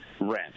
rent